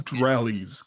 rallies